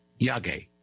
Yage